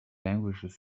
languages